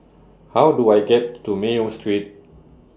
How Do I get to Mayo Street